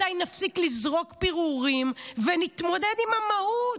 מתי נפסיק לזרוק פירורים ונתמודד עם המהות?